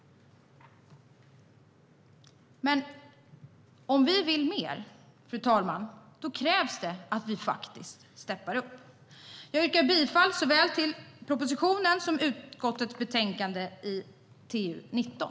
Men om vi vill mer krävs det att vi faktiskt steppar upp. Jag yrkar bifall såväl till propositionen som till förslaget i utskottets betänkande TU19.